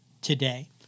today